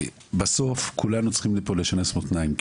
בסוף כולנו פה צריכים לשנס מותניים.